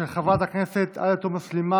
יש הצעת חוק מוצמדת של חברת הכנסת עאידה תומא סלימאן,